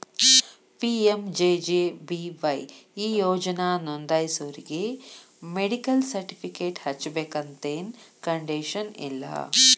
PMJJBY ಈ ಯೋಜನಾ ನೋಂದಾಸೋರಿಗಿ ಮೆಡಿಕಲ್ ಸರ್ಟಿಫಿಕೇಟ್ ಹಚ್ಚಬೇಕಂತೆನ್ ಕಂಡೇಶನ್ ಇಲ್ಲ